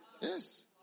Yes